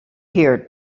here